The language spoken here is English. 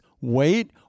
wait